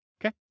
okay